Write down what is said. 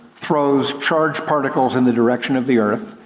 throws charge particles in the direction of the earth,